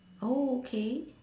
oh okay